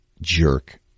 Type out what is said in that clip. jerk